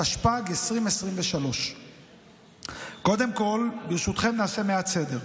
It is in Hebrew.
התשפ"ג 2023. קודם כול, ברשותכם, נעשה מעט סדר.